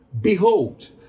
behold